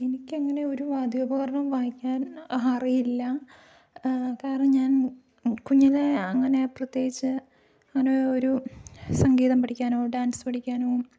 എനിക്കങ്ങനെ ഒരു വാദ്യോപകരണവും വായിക്കാൻ അറിയില്ല കാരണം ഞാൻ കുഞ്ഞിലേ അങ്ങനെ പ്രത്യേകിച്ച് അങ്ങനെ ഒരു സംഗീതം പഠിക്കാനോ ഡാൻസ് പഠിക്കാനോ